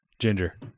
Ginger